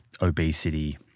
obesity